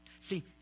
See